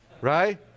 Right